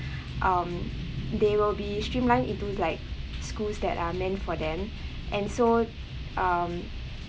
um they will be streamlined into like schools that are meant for them and so um